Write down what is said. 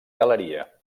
galeria